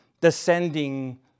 descending